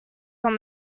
from